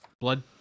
Blood